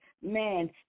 Man